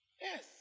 Yes